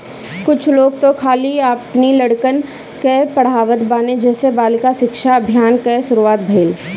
कुछ लोग तअ खाली अपनी लड़कन के पढ़ावत बाने जेसे बालिका शिक्षा अभियान कअ शुरुआत भईल